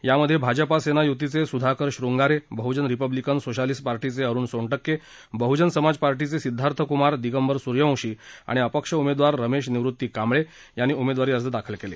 यामध्ये भाजप शिवसेना युतीचे Sudhakar Shrungare Bahujan republican socialist पार्टीचे अरुण सोनटक्के बहुजन समाज पार्टीचे सिद्धार्थ कुमार दिगंबर सूर्यवंशी आणि अपक्ष उमेदवार रमेश निवृत्ती कांबळे यांनी उमेदवारी अर्ज दाखल केले